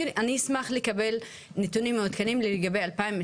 אני אשמח לקבל נתונים מעודכנים לגבי 2022,